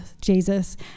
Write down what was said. jesus